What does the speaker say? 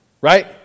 right